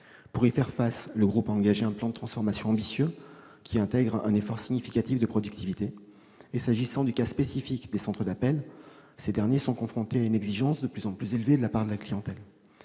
Pour y faire face, le groupe a engagé un plan de transformation ambitieux qui intègre un effort significatif de productivité. Concernant le cas spécifique des centres d'appels, ils sont confrontés à une exigence de plus en plus élevée de la part de la clientèle.